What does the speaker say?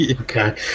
Okay